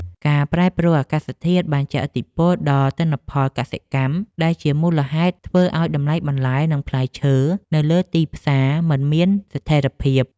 ការប្រែប្រួលអាកាសធាតុបានជះឥទ្ធិពលដល់ទិន្នផលកសិកម្មដែលជាមូលហេតុធ្វើឱ្យតម្លៃបន្លែ និងផ្លែឈើនៅលើទីផ្សារមិនមានស្ថិរភាព។